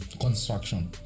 construction